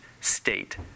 state